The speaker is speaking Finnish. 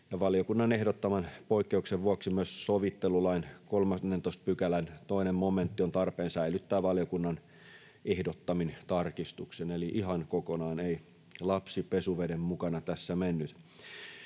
valiokunnan ehdottaman poikkeuksen vuoksi myös sovittelulain 13 §:n toinen momentti on tarpeen säilyttää valiokunnan ehdottamin tarkistuksin, eli ihan kokonaan ei lapsi pesuveden mukana tässä mennyt.